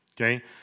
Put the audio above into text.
Okay